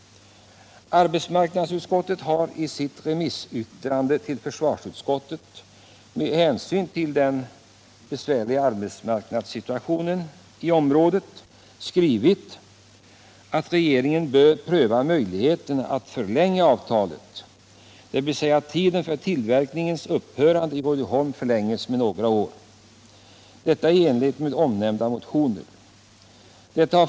Arbetsmarknadsutskottet har i sitt remissyttrande till försvarsutskottet med hänsyn till den besvärliga arbetsmarknadssituationen i Boråsregio nen skrivit att regeringen bör pröva möjligheterna att förlänga avtalet, dvs. att tiden fram till tillverkningens upphörande i Rydboholm förlängs med några år — detta i enlighet med omnämnda motioner.